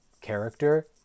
character